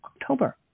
October